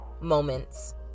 moments